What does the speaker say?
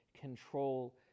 control